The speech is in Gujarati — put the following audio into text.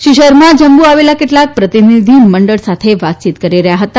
શ્રી શર્મા જમ્મુ આવેલા કેટલાક પ્રતિનિધિ મંડળ સાથે વાતયીત કરી રહ્યાં હતા